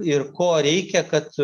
ir ko reikia kad